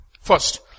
First